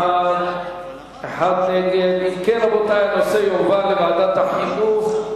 ההצעה להעביר את הנושא לוועדת החינוך,